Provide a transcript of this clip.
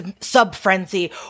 sub-frenzy